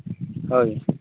हो